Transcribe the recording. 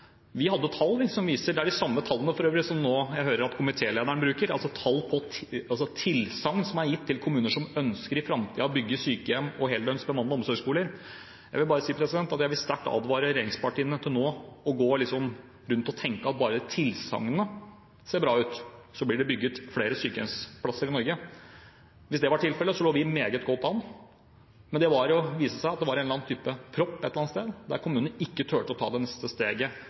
Vi hadde tall – det er for øvrig de samme tallene som jeg nå hører at komitélederen bruker – på tilsagn som er gitt til kommuner som i framtiden ønsker å bygge sykehjem og heldøgns bemannede omsorgsboliger. Jeg vil sterkt advare regjeringspartiene mot nå å gå rundt og tenke at bare tilsagnene ser bra ut, blir det bygd flere sykehjemsplasser i Norge. Hvis det var tilfellet, lå vi meget godt an. Men det viste seg at det var en eller annen type propp et eller annet sted, der kommunene ikke torde å ta det neste steget